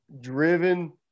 driven